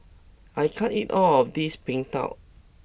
I can't eat all of this png tao